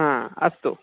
अस्तु